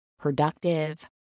productive